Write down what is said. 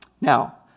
now